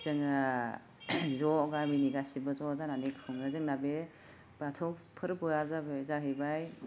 जोङो ज' गामिनि सासिबो ज' जानानै खुङो जोंना बे बाथौ फोरबोआ जाबाय जाहैबाय